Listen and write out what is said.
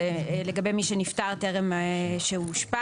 זה לגבי מי שנפטר טרם שאושפז,